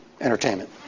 entertainment